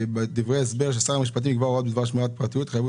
בדברי ההסבר כתוב: "שר המשפטים יקבע הוראות בדבר שמירת פרטיות החייבים